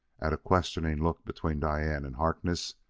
at a questioning look between diane and harkness,